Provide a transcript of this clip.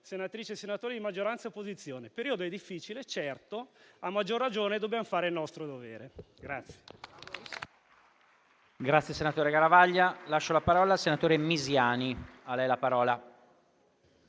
senatrici e senatori di maggioranza ed opposizione. Il periodo è difficile, certo. A maggior ragione, tutti dobbiamo fare il nostro dovere.